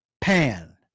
pan